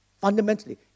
fundamentally